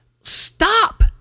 Stop